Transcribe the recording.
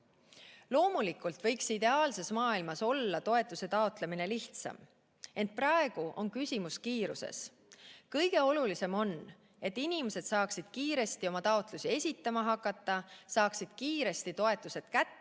Loomulikult võiks ideaalses maailmas olla toetuse taotlemine lihtsam, ent praegu on küsimus kiiruses. Kõige olulisem on, et inimesed saaksid kiiresti oma taotlusi esitama hakata ja saaksid kiiresti toetused kätte ning